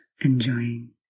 enjoying